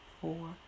four